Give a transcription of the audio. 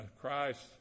Christ